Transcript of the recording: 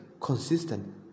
consistent